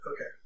Okay